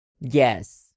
Yes